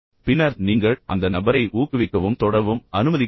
பின்னர் நீங்கள் அந்த நபரை ஊக்குவிக்கவும் தொடரவும் அனுமதிக்கிறீர்கள்